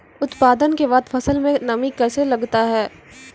उत्पादन के बाद फसल मे नमी कैसे लगता हैं?